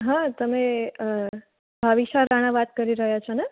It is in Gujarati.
હા તમે ભાવિશા રાણા વાત કરી રહ્યાં છોને